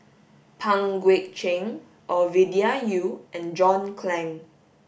Pang Guek Cheng Ovidia Yu and John Clang